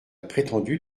prétendue